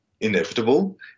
inevitable